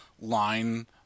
line